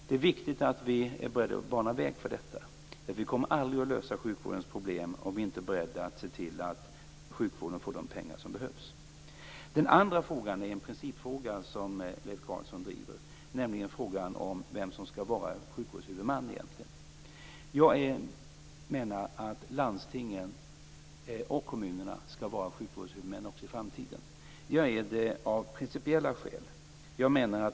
Det är viktigt att vi är beredda att bana väg för detta. Vi kommer aldrig att lösa sjukvårdens problem om vi inte är beredda att se till att sjukvården får de pengar som behövs. Den andra frågan är en principfråga som Leif Carlson driver. Det gäller frågan om vem som skall vara sjukvårdshuvudman. Jag anser att landstingen och kommunerna skall vara sjukvårdshuvudmän också i framtiden. Det anser jag av principiella skäl.